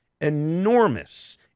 enormous